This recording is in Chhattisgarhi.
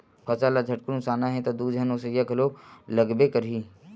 फसल ल झटकुन ओसाना हे त दू झन ओसइया घलोक लागबे करही